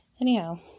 anyhow